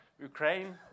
Ukraine